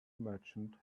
merchant